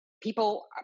people